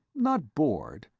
not bored,